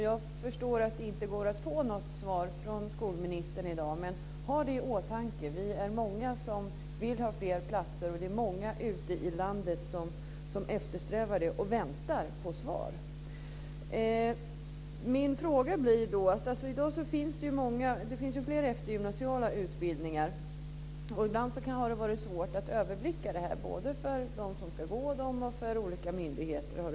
Jag förstår att det inte går att få något svar från skolministern i dag, men ha det i åtanke. Vi är många som vill ha fler platser. Det är många ute i landet som eftersträvar det och väntar på svar. I dag finns det flera eftergymnasiala utbildningar. Ibland kan det vara svårt att överblicka detta, både för dem som ska gå utbildningarna och för myndigheterna.